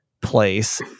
place